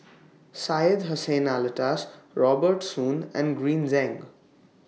Syed Hussein Alatas Robert Soon and Green Zeng